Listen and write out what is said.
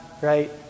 right